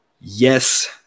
Yes